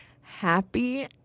Happy